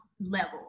level